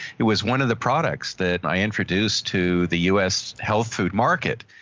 it was one of the products that i introduced to the us health food market,